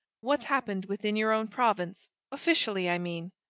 what's happened within your own province officially, i mean?